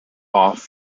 off